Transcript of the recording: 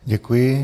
Děkuji.